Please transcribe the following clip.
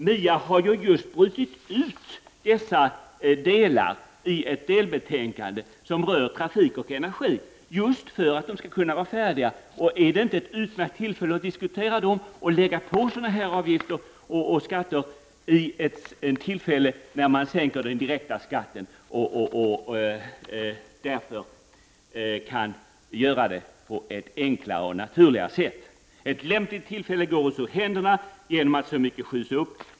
MIA har just brutit ut dessa delar i ett delbetänkande som rör trafik och energi för att kunna bli färdig med arbetet. Är det då inte ett utmärkt tillfälle att diskutera dessa frågor och t.ex. lägga på avgifter och skatter när den direkta skatten sänks? På så sätt kan det hela göras på ett enklare och naturligare sätt. Ett lämpligt tillfälle går oss ur händerna genom att så mycket skjuts upp.